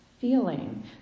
feeling